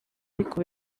ariko